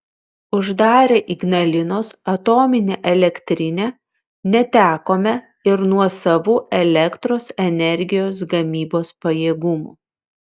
uždarę ignalinos atominę elektrinę netekome ir nuosavų elektros energijos gamybos pajėgumų